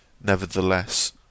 nevertheless